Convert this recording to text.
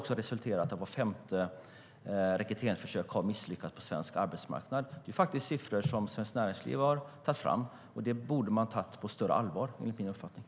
Det har resulterat i att vart femte rekryteringsförsök har misslyckats på svensk arbetsmarknad. Det är siffror som Svenskt Näringsliv har tagit fram, och dem borde man ha tagit på större allvar, enligt min uppfattning.